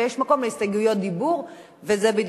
אבל יש מקום להסתייגויות דיבור,